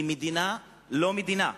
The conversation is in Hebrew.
זו מדינה-לא-מדינה,